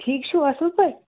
ٹھیٖک چھُو اَصٕل پٲٹھۍ